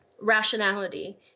rationality